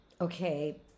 Okay